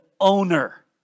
owner